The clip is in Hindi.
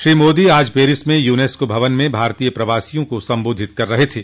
श्री मोदो आज पेरिस में यूनेस्को भवन में भारतीय प्रवासियों को संबोधित कर रहे थे